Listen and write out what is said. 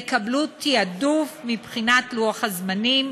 יקבלו תעדוף מבחינת לוח הזמנים,